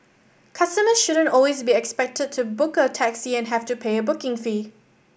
customers shouldn't always be expected to book a taxi and have to pay a booking fee